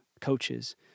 coaches